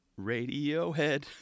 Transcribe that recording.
Radiohead